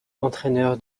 entraîneur